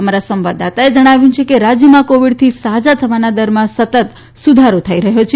અમારા સંવાદદાતાને જણાવ્યું કે રાજયમાં કોવીડથી સાજા થવાના દરમાં સતત સુધારો થઇ રહ્યો છે